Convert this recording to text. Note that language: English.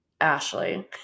Ashley